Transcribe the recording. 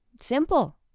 Simple